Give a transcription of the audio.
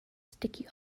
sticky